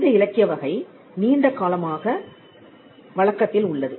இந்த இலக்கியவகை நீண்ட காலமாக வழக்கத்தில் உள்ளது